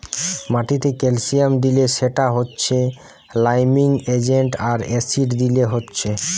মাটিতে ক্যালসিয়াম দিলে সেটা হচ্ছে লাইমিং এজেন্ট আর অ্যাসিড দিলে হচ্ছে